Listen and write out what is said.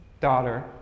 daughter